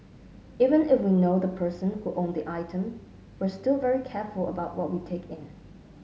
even if we know the person who owned the item we're still very careful about what we take in